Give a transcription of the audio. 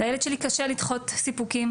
לילד שלי קשה לדחות סיפוקים,